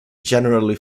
generally